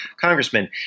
congressman